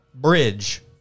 bridge